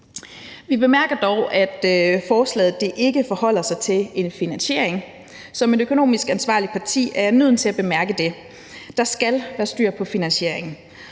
Vi bemærker dog, at forslaget ikke forholder sig til en finansiering, og som et økonomisk ansvarligt parti er vi nødt til at bemærke det, for der skal være styr på finansieringen.